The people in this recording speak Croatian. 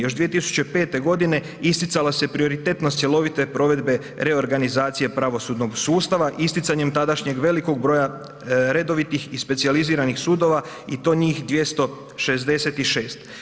Još 2005. godine isticala se prioritetnost cjelovite provedbe reorganizacije pravosudnog sustava isticanjem tadašnjeg velikog broja redovitih i specijaliziranih sudova i to njih 266.